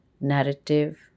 narrative